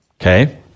Okay